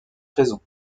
raison